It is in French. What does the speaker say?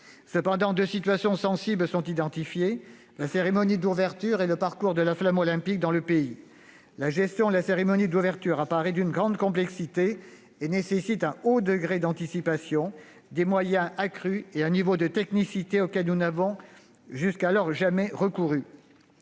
Cependant, deux situations sensibles sont identifiées : la cérémonie d'ouverture et le parcours de la flamme olympique dans le pays. La gestion de la cérémonie d'ouverture paraît d'une grande complexité et nécessite un haut degré d'anticipation, des moyens accrus et un niveau de technicité auquel nous n'avons jusqu'alors jamais recouru.